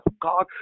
God